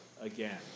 again